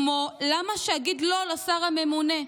כמו למה שיגיד לא לשר הממונה?